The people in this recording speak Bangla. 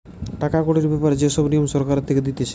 টাকা কড়ির ব্যাপারে যে সব নিয়ম সরকার থেকে দিতেছে